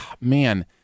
man